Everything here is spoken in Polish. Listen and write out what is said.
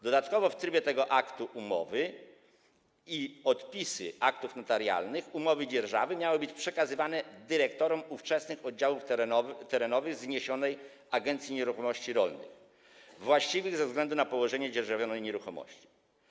Dodatkowo w trybie tego artykułu umowy i odpisy aktów notarialnych umowy dzierżawy miały być przekazywane dyrektorom ówczesnych oddziałów terenowych zniesionej Agencji Nieruchomości Rolnych właściwych ze względu na położenie dzierżawionej nieruchomości.